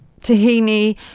tahini